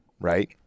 right